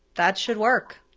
that should work.